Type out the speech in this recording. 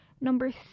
Number